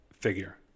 figure